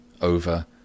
over